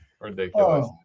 Ridiculous